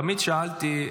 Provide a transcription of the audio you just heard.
תמיד שאלתי: